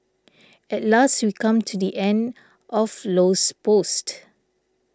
at last we come to the end of Low's post